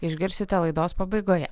išgirsite laidos pabaigoje